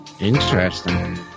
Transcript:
Interesting